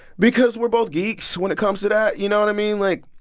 because we're both geeks when it comes to that. you know what i mean? like,